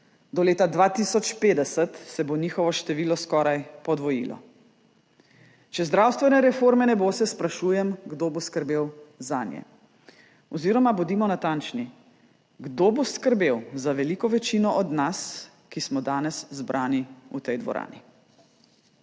do leta 2050 se bo njihovo število skoraj podvojilo. Če zdravstvene reforme ne bo, se sprašujem, kdo bo skrbel zanje oziroma, bodimo natančni, kdo bo skrbel za veliko večino od nas, ki smo danes zbrani v tej dvorani.